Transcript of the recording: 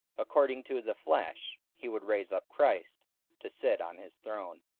according to the flesh, he would raise up christ to sit on his throne